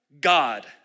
God